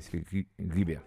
sveiki gyvi